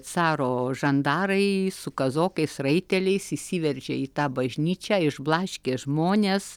caro žandarai su kazokais raiteliais įsiveržė į tą bažnyčią išblaškė žmones